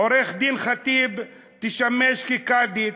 עורכת-הדין ח'טיב תשמש כקאדית,